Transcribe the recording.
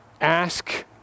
Ask